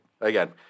again